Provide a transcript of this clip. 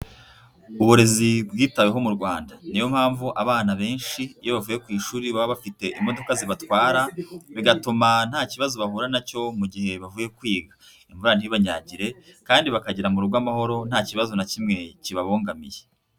Uburezi bwitaweho mu Rwanda, niyo mpamvu abana benshi iyo bavuye ku ishuri baba bafite imodoka zibatwara, bigatuma nta kibazo bahura na cyo mu gihe bavuye kwiga, imvura ntibanyagire kandi bakagera mu rugo amahoro nta kibazo na kimwe kibabangamiye.